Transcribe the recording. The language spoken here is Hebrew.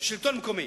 שלטון מקומי,